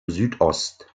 südost